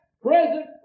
present